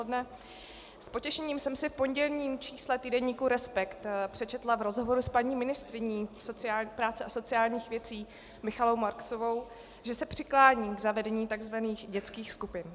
S potěšením jsem si v pondělním čísle týdeníku Respekt přečetla v rozhovoru s paní ministryní práce a sociálních věcí Michaelou Marksovou, že se přiklání k zavedení takzvaných dětských skupin.